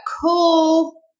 cool